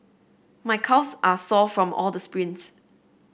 my calves are sore from all the sprints